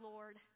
Lord